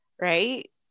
right